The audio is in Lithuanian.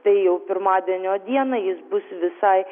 tai jau pirmadienio dieną jis bus visai